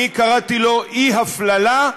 אני קראתי לו: אי-הפללה,